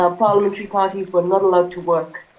ah parliamentary parties were not allowed to work,